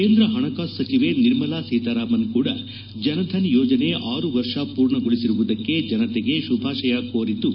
ಕೇಂದ್ರ ಹಣಕಾಸು ಸಚಿವೆ ನಿರ್ಮಲಾ ಸೀತಾರಾಮನ್ ಕೂಡ ಜನ್ಧನ್ ಯೋಜನ್ ಆರು ವರ್ಷ ಪೂರ್ಣಗೊಳಿಸಿರುವುದಕ್ಕೆ ಜನತೆಗೆ ಶುಭಾಶಯ ಕೋರಿದ್ದು